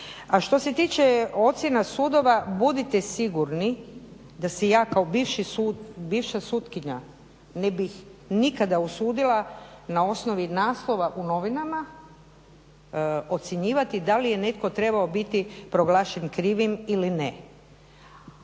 A što se tiče ocjena sudova budite sigurni da se ja kao bivša sutkinja ne bih nikada usudila na osnovi naslova u novinama ocjenjivati da li je netko trebao biti proglašen krivim ili ne.